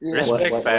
respect